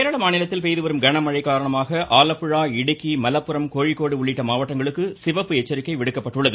கேரள மாநிலத்தில் பெய்துவரும் கனமழை காரணமாக ஆலப்புழா இடுக்கி மலப்புரம் கோழிக்கோடு உள்ளிட்ட மாவட்டங்களுக்கு சிவப்பு எச்சரிக்கை விடுக்கப்பட்டுள்ளது